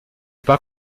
pas